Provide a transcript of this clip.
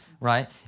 right